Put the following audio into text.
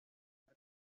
arte